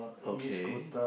okay